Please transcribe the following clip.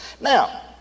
Now